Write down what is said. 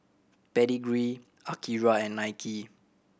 Pedigree Akira and Nike